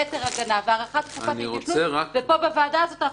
יתר הגנה והארכת תקופת התיישנות והוועדה הזאת תקצר.